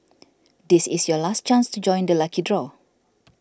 this is your last chance to join the lucky draw